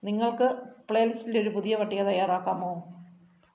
നിങ്ങൾക്ക് പ്ലേലിസ്റ്റിൽ ഒരു പുതിയ പട്ടിക തയ്യാറാക്കാമോ